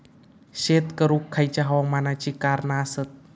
शेत करुक खयच्या हवामानाची कारणा आसत?